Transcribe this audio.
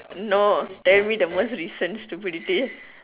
no tell me the most recent stupidity